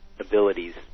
abilities